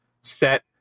set